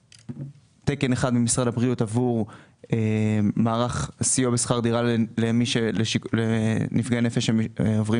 תקן אחד ממשרד הבריאות עבור מערך סיוע בשכר דירה לנפגעי נפש שעוברים